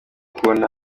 kubona